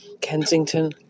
kensington